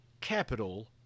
Capital